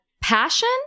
passion